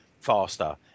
faster